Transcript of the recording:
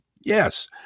Yes